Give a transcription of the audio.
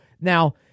Now